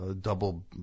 double